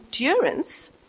endurance